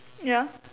ya